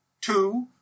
Two